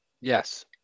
Yes